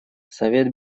совет